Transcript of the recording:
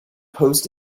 post